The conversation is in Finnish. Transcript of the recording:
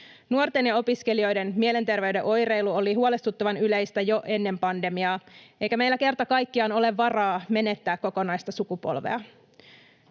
Nuorten ja opiskelijoiden mielenterveyden oireilu oli huolestuttavan yleistä jo ennen pandemiaa, eikä meillä kertakaikkiaan ole varaa menettää kokonaista sukupolvea.